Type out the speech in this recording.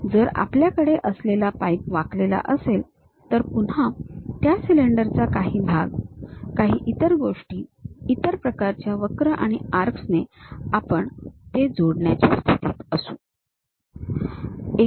जर आपल्याकडे असलेला पाईप वाकलेला असेल तर पुन्हा त्या सिलेंडरचा काही भाग काही इतर गोष्टी इतर प्रकारच्या वक्र आणि आर्क्सने आपण ते जोडण्याच्या स्थितीत असू